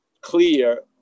clear